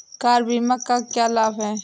Car बीमा का क्या लाभ है?